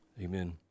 Amen